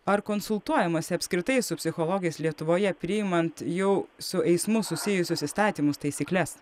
ar konsultuojamasi apskritai su psichologais lietuvoje priimant jau su eismu susijusius įstatymus taisykles